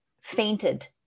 fainted